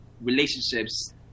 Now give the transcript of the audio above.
relationships